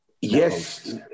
Yes